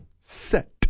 set